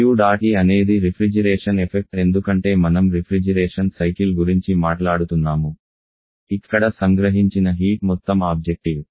Q dot E అనేది refrigeration effect ఎందుకంటే మనం రిఫ్రిజిరేషన్ సైకిల్ గురించి మాట్లాడుతున్నాము ఇక్కడ సంగ్రహించిన హీట్ మొత్తం ఆబ్జెక్టివ్